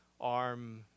arm